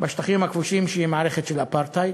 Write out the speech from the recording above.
בשטחים הכבושים שהיא מערכת של אפרטהייד,